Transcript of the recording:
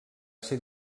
ser